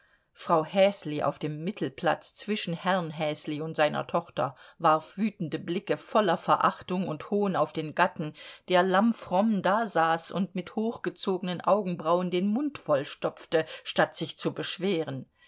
frau häsli auf dem mittelplatz zwischen herrn häsli und seiner tochter warf wütende blicke voller verachtung und hohn auf den gatten der lammfromm dasaß und mit hochgezogenen augenbrauen den mund vollstopfte statt sich zu beschweren